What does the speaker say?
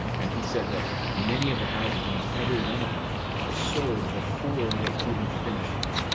and he said that many of the houses almost every one of them are sold before they even finish them.